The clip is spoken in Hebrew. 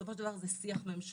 בסופו של דבר זה שיח ממשלתי